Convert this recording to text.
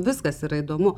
viskas yra įdomu